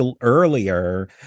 earlier